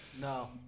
No